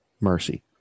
Mercy